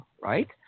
right